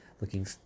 Looking